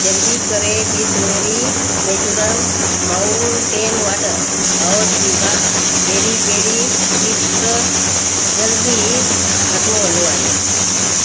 जल्दी करें Bisleri natural mountain water और दिभा पेरी पेरी चिप्स जल्द ही ख़त्म होने वाले हैं